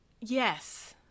Yes